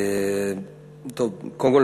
קודם כול,